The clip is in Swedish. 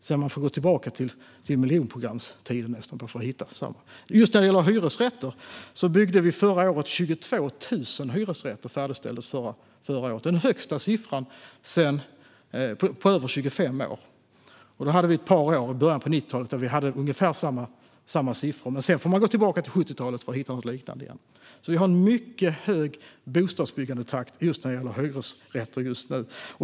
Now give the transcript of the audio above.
Man får nästan gå tillbaka till miljonprogramstiden för att hitta samma takt. Just när det gäller hyresrätter färdigställdes förra året 22 000 hyresrätter. Det är den högsta siffran på över 25 år. Vi hade ett par år i början på 90-talet där vi hade ungefär samma siffror. Men sedan får man gå tillbaka till 70-talet för att hitta något liknande igen. Vi har mycket hög bostadsbyggandetakt när det gäller hyresrätter just nu.